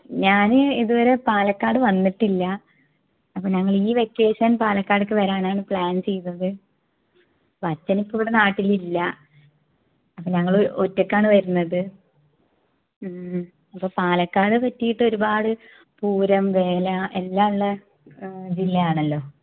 ഞാന് ഇതുവരെ പാലക്കാട് വന്നിട്ടില്ല അപ്പോൾ ഞങ്ങള് ഈ വെക്കേഷൻ പാലക്കാടേക്ക് വരാനാണ് പ്ലാൻ ചെയ്തത് ഇപ്പം അച്ഛൻ ഇപ്പോൾ ഇവിടെ നാട്ടിലില്ല അപ്പോൾ ഞങ്ങള് ഒ ഒറ്റയ്ക്കാണ് വരുന്നത് അപ്പോൾ പാലക്കാട് പറ്റിയിട്ട് ഒരുപാട് പൂരം വേല എല്ലാ ഉള്ള ജില്ല ആണല്ലോ